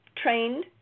Trained